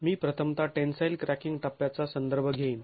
मी प्रथमतः tensile cracking टप्प्याचा संदर्भ घेईन